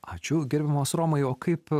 ačiū gerbiamas romai o kaip